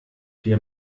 wir